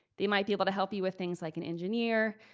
they might be able to help you with things like an engineer,